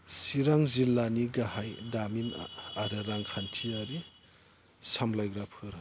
चिरां जिल्लानि गाहाय दामिन आरो रांखान्थियारि सामब्लायग्राफोर